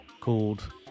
called